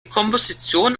kompositionen